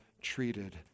treated